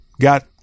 got